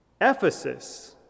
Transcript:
Ephesus